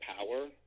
power